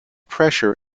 pressure